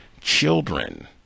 children